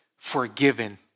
forgiven